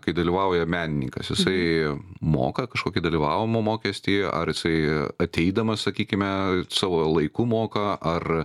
kai dalyvauja menininkas jisai moka kažkokį dalyvavimo mokestį ar jisai ateidamas sakykime savo laiku moka ar